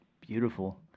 Beautiful